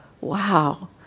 wow